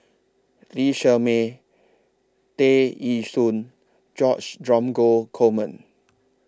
Lee Shermay Tear Ee Soon George Dromgold Coleman